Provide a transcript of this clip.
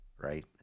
right